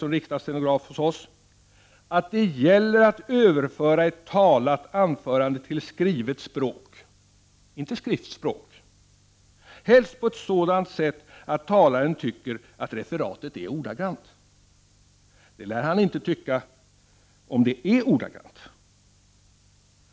som riksdagsstenograf hos oss — att det gäller att överföra ett talat att anförande till skrivet språk — inte skriftsspråk — helst på ett sådant sätt att talaren tycker att referatet är ordagrant. Det lär han inte tycka om det är ordagrant.